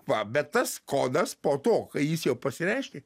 va bet tas kodas po to kai jis jau pasireiškė